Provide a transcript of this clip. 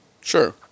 Sure